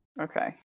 Okay